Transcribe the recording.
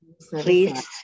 please